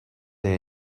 they